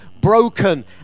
broken